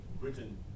Britain